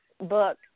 book